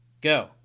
Go